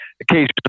occasionally